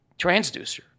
transducer